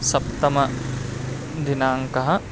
सप्तमः दिनाङ्कः